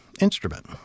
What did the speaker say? instrument